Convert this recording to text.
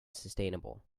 sustainable